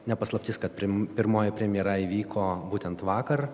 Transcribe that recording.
ne paslaptis kad prim pirmoji premjera įvyko būtent vakar